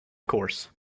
course